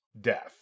death